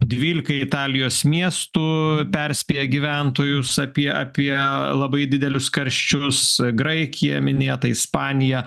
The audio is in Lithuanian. dvylika italijos miestų perspėja gyventojus apie apie labai didelius karščius graikija minėta ispanija